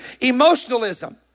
emotionalism